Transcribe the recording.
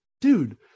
dude